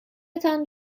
تان